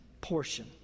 portion